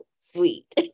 Sweet